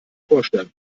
vorstellen